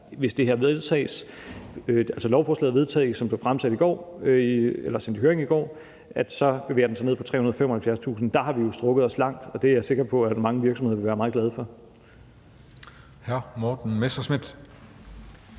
hvis det her lovforslag, som blev sendt i høring i går, vedtages – så bevæger sig ned på 375.000 kr. Der har vi jo strakt os langt, og det er jeg sikker på at mange virksomheder vil være meget glade for.